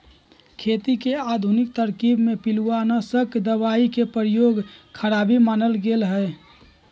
खेती के आधुनिक तरकिब में पिलुआनाशक दबाई के प्रयोग खराबी मानल गेलइ ह